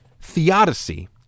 Theodicy